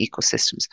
ecosystems